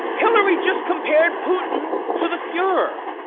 hillary just compared putin to the fuhrer,